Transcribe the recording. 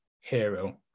hero